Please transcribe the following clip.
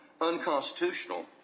unconstitutional